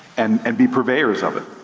and and be purveyors of it.